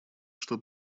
что